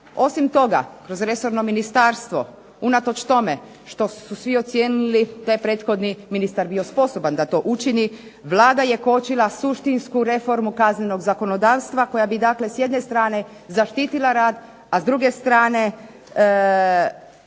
Osim toga, kroz resorno ministarstvo, unatoč tome što su svi ocijenili da je prethodni ministar bio sposoban da to učini, Vlada je kočila suštinsku reformu kaznenog zakonodavstva koja bi dakle s jedne strane zaštitila rad, a s druge strane